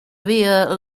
via